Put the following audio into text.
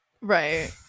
Right